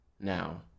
now